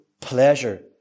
pleasure